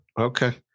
Okay